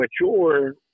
mature